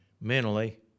mentally